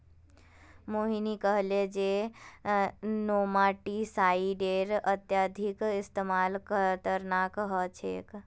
मोहिनी कहले जे नेमाटीसाइडेर अत्यधिक इस्तमाल खतरनाक ह छेक